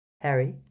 Harry